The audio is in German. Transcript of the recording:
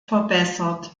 verbessert